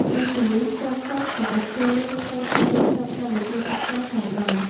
លើសពីនេះ ក្រុមហ៊ុនក៏អាចចូលរួមក្នុង ការរៀបចំកម្មវិធីសិក្សា ផងដែរ។